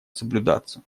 соблюдаться